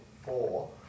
four